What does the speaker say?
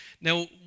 Now